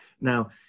Now